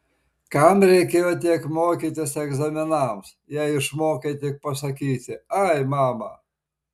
kam reikėjo tiek mokytis egzaminams jei išmokai tik pasakyti ai mama